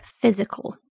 physical